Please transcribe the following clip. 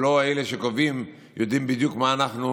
ואלה שקובעים לא יודעים בדיוק מה אנחנו